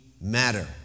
matter